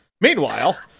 Meanwhile